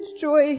joy